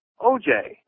OJ